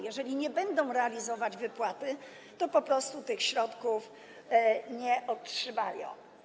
Jeżeli nie będą realizować wypłaty, to po prostu tych środków nie otrzymają.